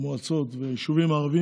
במועצות וביישובים הערביים,